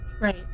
Right